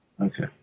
Okay